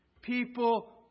People